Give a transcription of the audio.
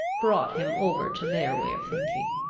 brought him over to their way of thinking.